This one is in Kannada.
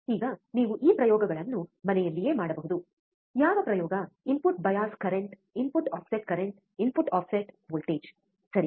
ಈಗ ನೀವು ಈ ಪ್ರಯೋಗಗಳನ್ನು ಮನೆಯಲ್ಲಿಯೇ ಮಾಡಬಹುದು ಯಾವ ಪ್ರಯೋಗ input bias current input offset current input offset voltage ಸರಿ